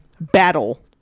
battle